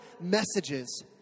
messages